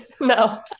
no